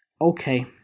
Okay